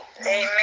Amen